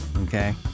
Okay